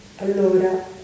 allora